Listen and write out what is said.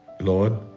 Lord